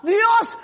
Dios